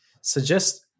suggest